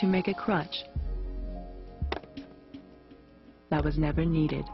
to make a crutch that was never needed